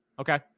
Okay